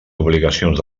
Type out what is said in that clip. obligacions